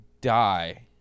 die